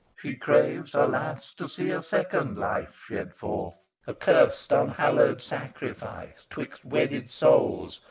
she craves, alas! to see a second life shed forth, a curst unhallowed sacrifice twixt wedded souls,